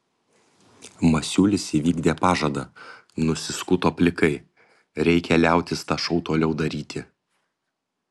masiulis įvykdė pažadą nusiskuto plikai reikia liautis tą šou toliau daryti